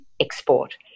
export